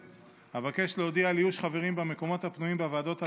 אבקש להודיע על איוש חברים במקומות הפנויים בוועדות הבאות,